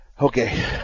Okay